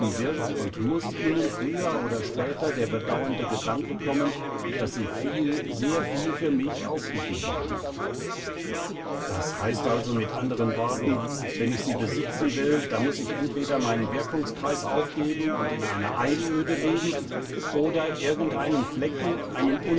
wird und muß ihnen früher oder später der bedauernde gedanke kommen daß sie viel sehr viel für mich aufgegeben haben das heißt also mit anderen worten wenn ich sie besitzen will dann muß ich entweder meinen wirkungskreis aufgeben und in einer einöde leben oder irgend einen flecken einen